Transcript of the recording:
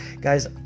Guys